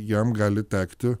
jam gali tekti